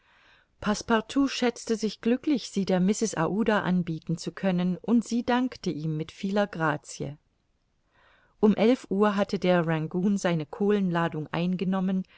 passepartout schätzte sich glücklich sie der mrs aouda anbieten zu können und sie dankte ihm mit vieler grazie um elf uhr hatte der rangoon seine kohlenladung eingenommen